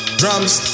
drums